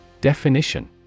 Definition